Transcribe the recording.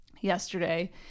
yesterday